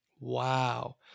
Wow